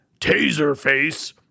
Taserface